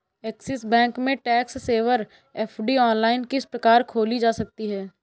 Axis bank में tax saver FD online किस प्रकार खोली जा सकती है?